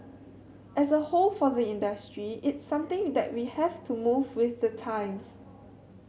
as a whole for the industry it's something that we have to move with the times